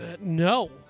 no